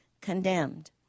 condemned